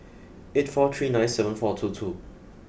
eight four three nine seven four two two